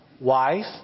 wife